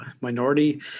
minority